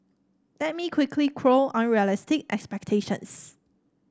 let me quickly quell unrealistic expectations